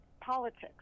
politics